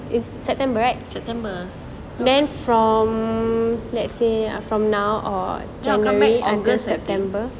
september then come back august I think